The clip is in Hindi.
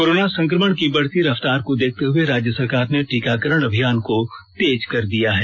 कोरोना संकमण की बढ़ती रफ्तार को देखते हए राज्य सरकार ने टीकाकरण अभियान को तेज कर दिया है